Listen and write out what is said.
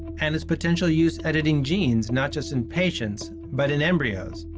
and its potential use editing genes not just in patients but in embryos,